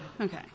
Okay